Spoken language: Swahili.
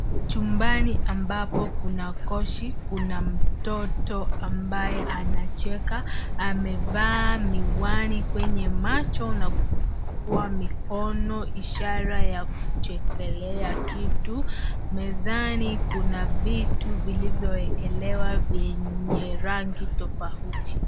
Chumbani ambapo kuna koshi, kuna mtoto ambaye anacheka amevaa miwani kwenye macho na kufungua mikono ishara ya kuchekelea kitu. Mezani kuna vitu vilivyowekelewa vyenye rangi tofauti.